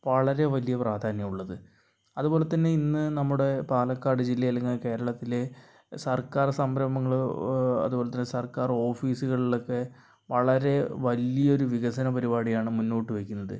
വളരെ വലിയ പ്രാധാന്യമാണുള്ളത് അതുപോലെത്തന്നെ ഇന്ന് നമ്മുടെ പാലക്കാട് ജില്ലയില് അല്ലെങ്കിൽ കേരളത്തിലെ സർക്കാർ സംരംഭങ്ങൾ അതുപോലെത്തന്നെ സർക്കാർ ഓഫീസുകളിൽ ഒക്കെ വളരെ വലിയൊരു വികസന പരിപാടിയാണ് മുന്നോട്ടുവെക്കുന്നത്